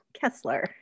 Kessler